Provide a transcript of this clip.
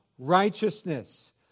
Righteousness